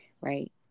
Right